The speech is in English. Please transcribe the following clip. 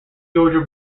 georgia